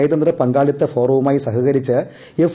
നയതന്ത്ര പങ്കാളിത്ത ഫോറവുമായി സഹകരിച്ച് എഫ്